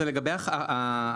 זה לגבי ההחרגה,